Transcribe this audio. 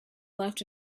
left